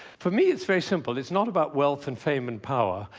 for me, it's very simple. it's not about wealth and fame and power.